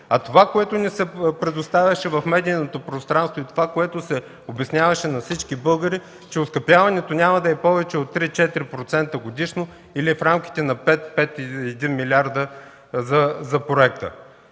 А това, което ни се предоставяше в медийното пространство, и това, което се обясняваше на всички българи, че оскъпяването няма да е повече от 3-4% годишно, или в рамките на 5-5,1 млрд. за проекта